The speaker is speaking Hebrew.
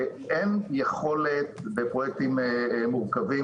אין יכולת לרשויות המקומיות לבדוק את זה בפרויקטים מורכבים,